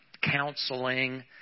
counseling